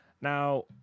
Now